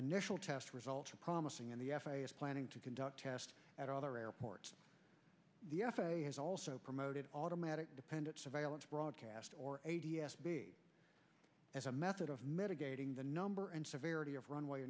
initial test results are promising and the f a a is planning to conduct tests at other airports the f a a has also promoted automatic dependent surveillance broadcast or a t s be as a method of mitigating the number and severity of runway